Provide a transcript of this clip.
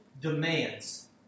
demands